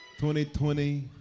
2020